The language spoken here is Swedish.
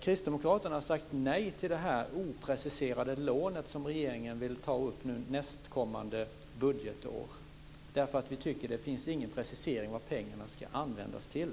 Kristdemokraterna har sagt nej till det opreciserade lån som regeringen vill ta upp nästkommande budgetår, därför att vi inte tycker att det finns någon precisering av vad pengarna ska användas till.